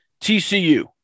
TCU